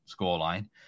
scoreline